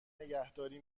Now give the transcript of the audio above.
نگهداری